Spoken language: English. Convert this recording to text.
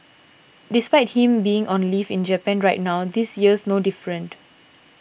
despite him being on leave in Japan right now this year's no different